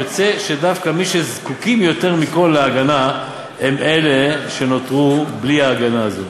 יוצא שדווקא מי שזקוקים יותר מכול להגנה הם אלה שנותרו בלי ההגנה הזו.